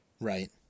right